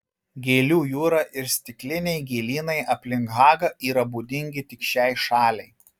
gėlių jūra ir stikliniai gėlynai aplink hagą yra būdingi tik šiai šaliai